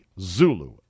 Zulu